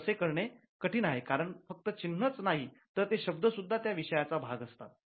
पण तसे करणे कठीण आहे कारण फक्त चिन्हच नाही तर ते शब्द सुद्धा त्या विषयाचा भाग असतात